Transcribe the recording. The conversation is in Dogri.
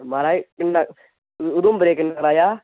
महाराज किन्ना उधमपुरे किन्ना कराया